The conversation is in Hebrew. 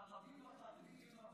ערבים וחרדים הם הבעיה?